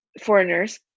foreigners